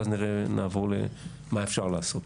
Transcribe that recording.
ואז נעבור למה אפשר לעשות,